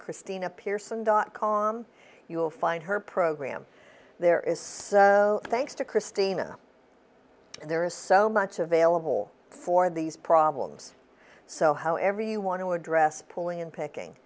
christina pearson dot com you'll find her program there is thanks to christina there is so much available for these problems so however you want to address pulling in picking